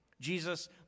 Jesus